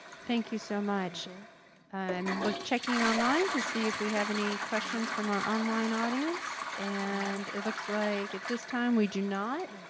thank you so much. and and checking online to see if we have any questions from our online audience and it looks like at this time we do not.